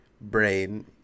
brain